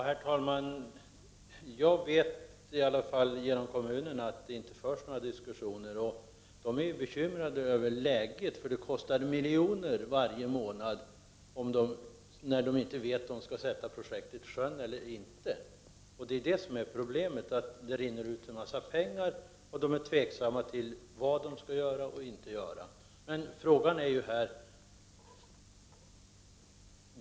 Herr talman! Jag vet i alla fall genom kommunen att det inte förs några diskussioner. Man är bekymrad över läget, för det kostar miljoner varje månad när man inte vet om man skall sätta projektet i sjön eller inte. Problemet är att det rinner ut en massa pengar och att man är tveksam till vad man skall göra eller inte göra.